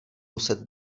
muset